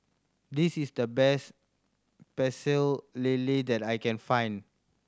this is the best Pecel Lele that I can find